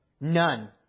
none